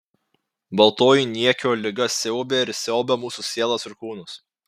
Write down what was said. baltoji niekio liga siaubė ir siaubia mūsų sielas ir kūnus